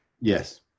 yes